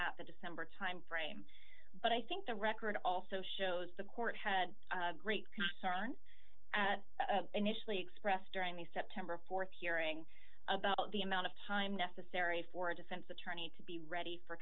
at the december timeframe but i think the record also shows the court had great concern initially expressed during the september th hearing about the amount of time necessary for a defense attorney to be ready for